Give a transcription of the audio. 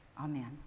Amen